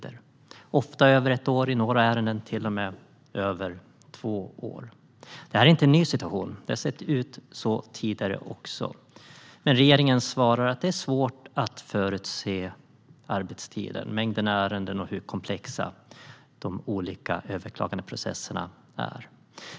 De är ofta över ett år, och i några ärenden till och med över två år. Det här är inte en ny situation. Det har sett ut så tidigare också. Regeringen svarar att det är svårt att förutse arbetstider på grund av mängden ärenden och hur komplexa de olika överklagandeprocesserna är.